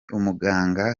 umuganga